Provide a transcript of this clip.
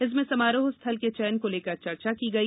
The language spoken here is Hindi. इसमें समारोह स्थल के चयन को लेकर चर्चा की गई